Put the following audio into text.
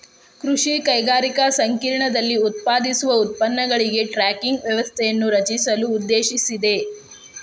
ಕೃಷಿ ಕೈಗಾರಿಕಾ ಸಂಕೇರ್ಣದಲ್ಲಿ ಉತ್ಪಾದಿಸುವ ಉತ್ಪನ್ನಗಳಿಗೆ ಟ್ರ್ಯಾಕಿಂಗ್ ವ್ಯವಸ್ಥೆಯನ್ನು ರಚಿಸಲು ಉದ್ದೇಶಿಸಿದೆ